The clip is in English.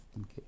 Okay